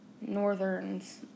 Northerns